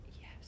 yes